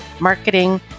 marketing